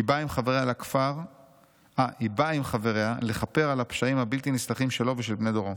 היא באה עם חבריה לכפר על הפשעים הבלתי-נסלחים שלו ושל בני דורו.